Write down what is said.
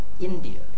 India